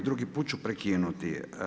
Drugi put ću prekinuti.